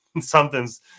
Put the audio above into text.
something's